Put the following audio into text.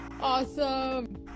Awesome